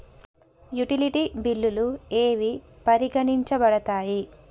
Utility బిల్లులు ఏవి పరిగణించబడతాయి?